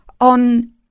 on